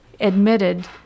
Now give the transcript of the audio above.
admitted